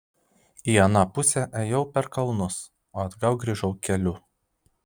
į aną pusę ėjau per kalnus o atgal grįžau keliu